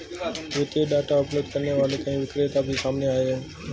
वित्तीय डाटा उपलब्ध करने वाले कई विक्रेता भी सामने आए हैं